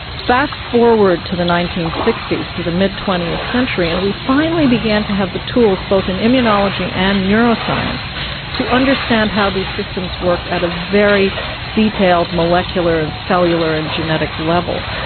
fast-forward to the nineteen sixty s, to the mid twentieth century, and we finally began to have the tools both in immunology and neuroscience to understand how these systems worked at a very detailed molecular and cellular and genetic level.